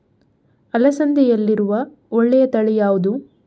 ಅಲಸಂದೆಯಲ್ಲಿರುವ ಒಳ್ಳೆಯ ತಳಿ ಯಾವ್ದು?